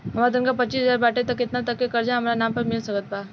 हमार तनख़ाह पच्चिस हज़ार बाटे त केतना तक के कर्जा हमरा नाम पर मिल सकत बा?